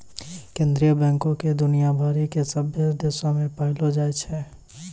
केन्द्रीय बैंको के दुनिया भरि के सभ्भे देशो मे पायलो जाय छै